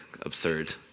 absurd